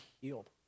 healed